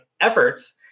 efforts